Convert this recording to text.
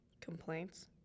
Complaints